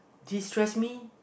distress me